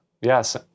Yes